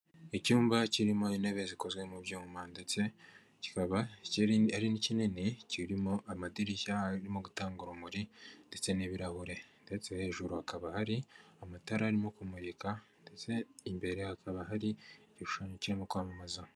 Icyumba kirimo intebe zikozwe mu byuma ndetse kikaba ari kinini, kirimo amadirishya arimo gutanga urumuri ndetse n'ibirahure ndetse hejuru hakaba hari amatara arimo kumurika, imbere hakaba hari igishushanyo kirimo kwamamaza.